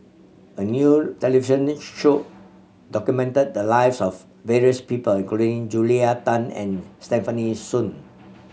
a new television show documented the lives of various people including Julia Tan and Stefanie Sun